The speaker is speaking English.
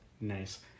Nice